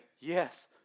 yes